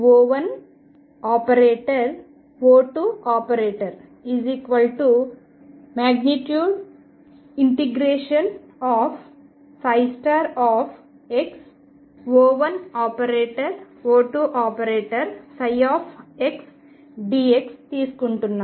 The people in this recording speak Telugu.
O2⟩ | ∫xO1O2ψdx| తీసుకుంటున్నాను